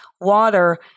water